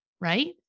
right